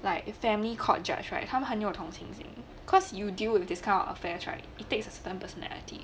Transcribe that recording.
like the family court judge right 他们很有同情心 cause you deal with this kind of affairs right it takes a than personality